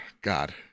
God